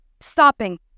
stopping